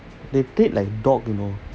they take like dog you know